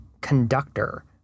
conductor